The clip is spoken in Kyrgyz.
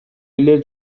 эле